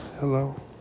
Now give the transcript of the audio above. Hello